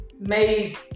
made